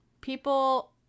People